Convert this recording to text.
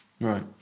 Right